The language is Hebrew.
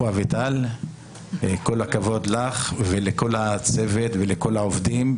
כל הכבוד לך ולכל הצוות ולכל העובדים,